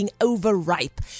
overripe